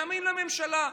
מאמין לממשלה.